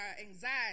anxiety